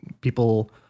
people